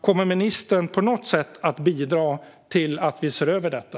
Kommer ministern att på något sätt bidra till att vi ser över detta?